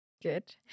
Good